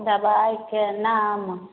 दवाइके नाम